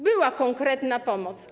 Była konkretna pomoc.